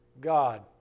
God